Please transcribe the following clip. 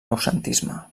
noucentisme